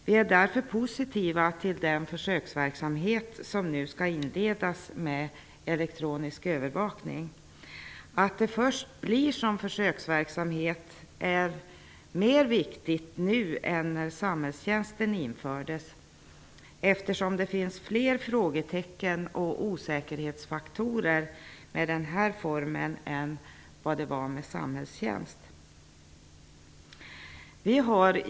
Vi är därför positiva till den försöksverksamhet med elektronisk övervakning som nu skall inledas. Att det först blir en försöksverksamhet är mer viktigt nu än när samhällstjänsten infördes, eftersom det finns fler frågetecken och osäkerhetsfaktorer med den här formen än vad som fanns med samhällstjänst.